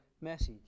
message